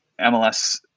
MLS